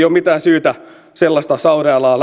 ole mitään syytä lähteä kiusaamaan sellaista sairaalaa